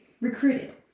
recruited